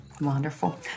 Wonderful